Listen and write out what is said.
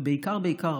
ובעיקר בעיקר,